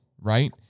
right